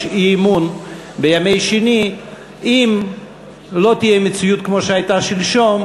אי-אמון בימי שני אם לא תהיה מציאות כמו שהייתה שלשום,